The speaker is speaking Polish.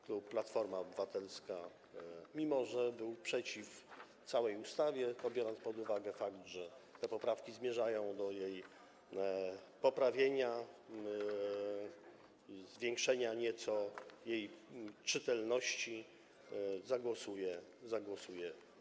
Klub Platforma Obywatelska, mimo że był przeciw całej ustawie, biorąc pod uwagę fakt, że te poprawki zmierzają do jej poprawienia i zwiększenia nieco jej czytelności, zagłosuje za.